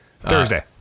Thursday